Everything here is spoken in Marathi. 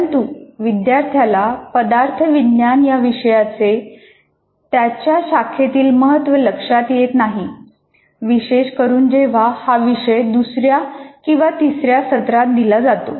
परंतु विद्यार्थ्याला पदार्थविज्ञान या विषयाचे त्याच्या शाखेमधील महत्व लक्षात येत नाही विशेष करून जेव्हा हा विषय दुसर्या किंवा तिसर्या सत्रात दिला जातो